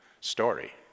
story